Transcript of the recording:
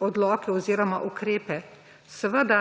odloke oziroma ukrepe. Seveda,